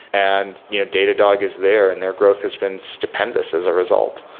and you know datadog is there and their growth has been stupendous as a result.